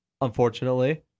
unfortunately